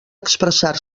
expressar